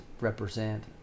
represent